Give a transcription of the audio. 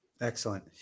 Excellent